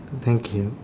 thank you